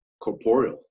corporeal